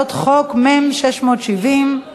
מ/670, גברתי,